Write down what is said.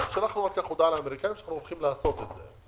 שלחנו הודעה לאמריקאים שאנחנו הולכים לעשות את זה.